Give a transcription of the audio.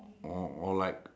oh or like